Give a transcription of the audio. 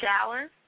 shower